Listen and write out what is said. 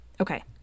Okay